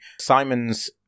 Simon's